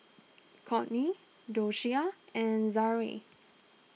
Cortney Doshia and Zaire